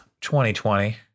2020